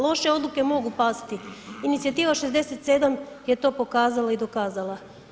Loše odluke mogu pasti, inicijativa „67“ je to pokazala i dokazala.